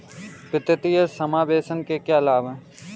वित्तीय समावेशन के क्या लाभ हैं?